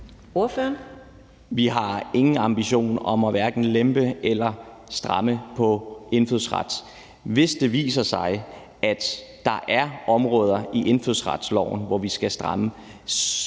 Rona (M): Vi har ingen ambition om hverken at lempe eller stramme i forhold til indfødsretten. Men hvis det viser sig, at der er områder i indfødsretsloven, hvor vi skal stramme,